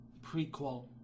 Prequel